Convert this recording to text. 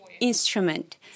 instrument